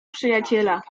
przyjaciela